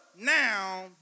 now